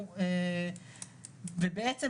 בעצם,